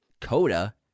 Coda